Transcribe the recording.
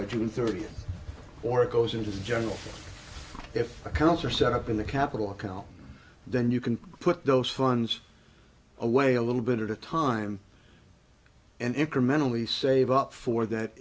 by june thirtieth or it goes into the general if accounts are set up in the capital account then you can put those funds away a little bit at a time and incrementally save up for that